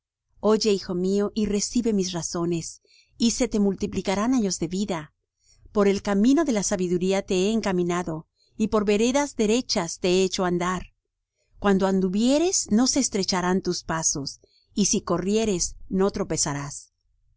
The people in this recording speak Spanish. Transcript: oye hijo mío y recibe mis razones y se te multiplicarán años de vida por el camino de la sabiduría te he encaminado y por veredas derechas te he hecho andar cuando anduvieres no se estrecharán tus pasos y si corrieres no tropezarás